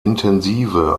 intensive